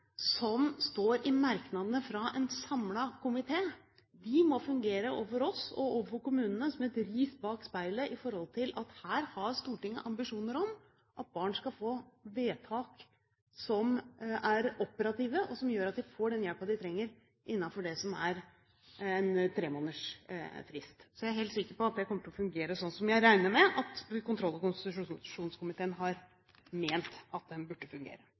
som står i merknadene fra en samlet komité, må fungere overfor oss og overfor kommunene som et ris bak speilet når det gjelder at Stortinget har ambisjoner om at barn skal få vedtak som er operative, og som gjør at de får den hjelpen de trenger, innenfor det som er en tremånedersfrist. Så jeg er helt sikker på at det kommer til å fungere sånn som jeg regner med at kontroll- og konstitusjonskomiteen har ment at det burde fungere.